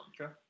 Okay